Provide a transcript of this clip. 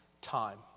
time